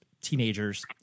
teenagers